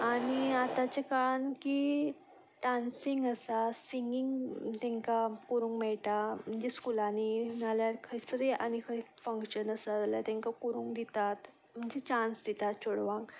आनी आतांच्या काळान की डांसींग आसा सिंगींग तांकां करूंक मेळटा म्हणजे स्कुलांनी नाजाल्यार खंयतरी आनी खंय फंक्शन आसा जाल्यार तांकां करूंक दितात म्हणजे चांस दितात चेडवांक